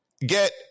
Get